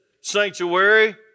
sanctuary